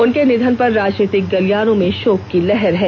उनके निधन पर राजनीतिक गलियारों में शोक की लहर है